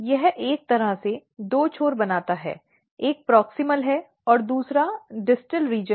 यह एक तरह से दो छोर बनाता है एक प्रॉक्समल है और दूसरा डिस्टल क्षेत्र है